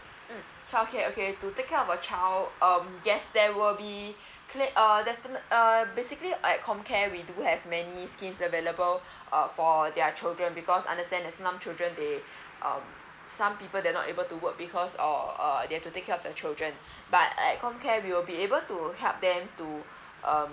mm childcare okay to take care of a child um yes there will be clic~ err definite err basically like comcare we do have many schemes available uh for their children because understand it's numb children they uh some people they are not able to work because of err they to take care of the children but at comcare we will be able to help them to uh